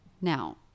Now